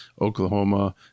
oklahoma